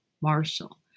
Marshall